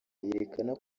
yerekana